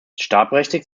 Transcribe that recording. startberechtigt